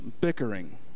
bickering